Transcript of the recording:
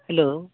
hello